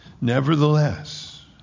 nevertheless